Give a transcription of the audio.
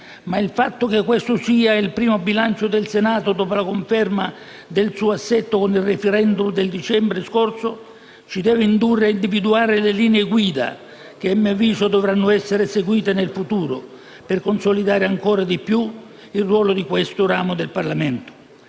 Ma il fatto che questo sia il primo bilancio del Senato dopo la conferma del suo assetto con il *referendum* del dicembre scorso ci deve indurre a individuare le linee guida che - a mio avviso - dovranno essere seguite nel futuro per consolidare ancora di più il ruolo di questo ramo del Parlamento.